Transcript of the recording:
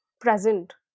present